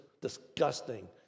disgusting